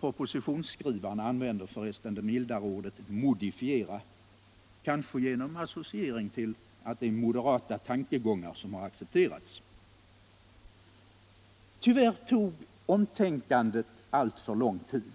Propositionskrivarna använder för resten det mildare ordet ”modifiera” — kanske genom associering till att det är moderata tankegångar som har accepterats! Tyvärr tog omtänkandet allt för lång tid.